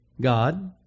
God